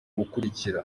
ikurikira